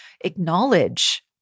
acknowledge